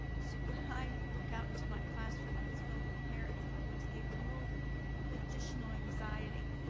so when i look out into my classroom and it's filled with parents, it always gave me a little additional anxiety.